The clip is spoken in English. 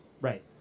Right